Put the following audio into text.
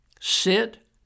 Sit